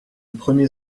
premier